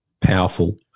powerful